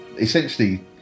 essentially